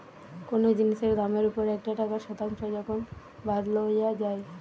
কোনো জিনিসের দামের ওপর একটা টাকার শতাংশ যখন বাদ লওয়া যাই